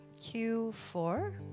Q4